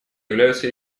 являются